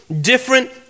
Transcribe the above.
different